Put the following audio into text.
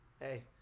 hey